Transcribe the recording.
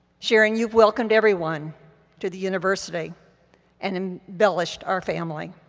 sharon, you've welcomed everyone to the university and embellished our family